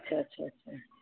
अच्छा अच्छा अच्छा